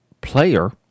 player